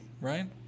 right